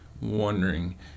wondering